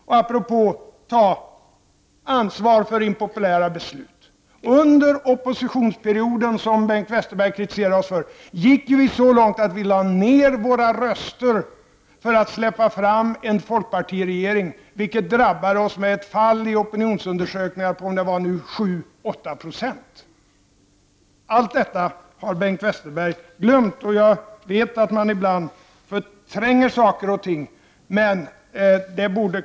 Apropå att ta ansvar för impopulära beslut: under oppositionsperioden, som Bengt Westerberg kritiserade oss för, gick vi så långt att vi lade ned våra röster för att släppa fram en folkpartiregering, vilket drabbade oss med ett fall i opinionsundersökningar med 7-8 Z eller så. Allt detta har Bengt Westerberg glömt. Jag vet att han ibland förtränger saker och ting.